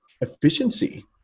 efficiency